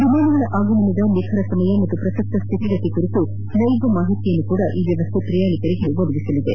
ವಿಮಾನಗಳ ಆಗಮನದ ನಿಖರ ಸಮಯ ಹಾಗೂ ಪ್ರಸಕ್ತ ಸ್ಥಿತಿಗತಿ ಕುರಿತು ನೈಜ ಮಾಹಿತಿಯನ್ನು ಸಹ ಈ ವ್ಯವಸ್ಥೆ ಪ್ರಯಾಣಿಕರಿಗೆ ಒದಗಿಸಲಿದೆ